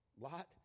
Lot